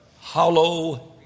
hollow